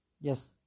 yes